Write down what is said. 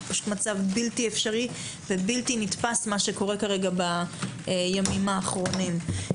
מצב בלתי אפשרי ובלתי נתפס מה שקורה בימים האחרונים.